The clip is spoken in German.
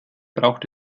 braucht